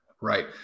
Right